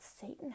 Satan